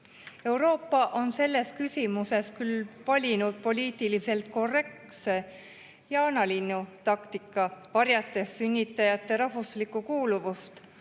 Euroopa on selles küsimuses küll valinud poliitiliselt korrektse jaanalinnutaktika, varjates sünnitajate rahvuslikku kuuluvust,